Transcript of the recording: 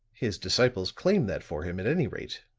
his disciples claim that for him, at any rate,